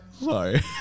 Sorry